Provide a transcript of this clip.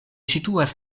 situas